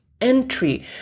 entry